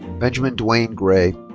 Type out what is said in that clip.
benjamin dwayne gray.